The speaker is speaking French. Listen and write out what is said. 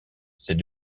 c’est